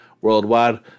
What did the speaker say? worldwide